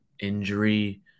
injury